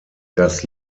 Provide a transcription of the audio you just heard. das